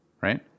right